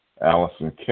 Allison